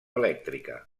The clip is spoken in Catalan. elèctrica